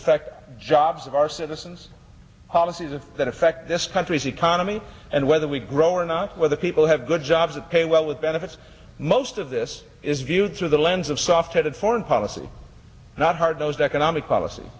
affect jobs of our citizens policies that affect this country's economy and whether we grow or not whether people have good jobs that pay well with benefits most of this is viewed through the lens of soft headed foreign policy not hard nosed economic policy